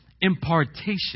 impartation